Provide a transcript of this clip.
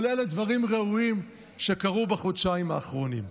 נכללת בדברים הראויים שקרו בחודשיים האחרונים.